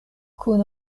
kun